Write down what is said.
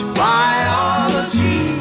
biology